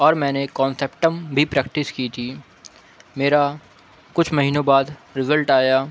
اور میں نے بھی پریکٹس کی تھی میرا کچھ مہینوں بعد رزلٹ آیا